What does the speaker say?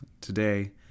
Today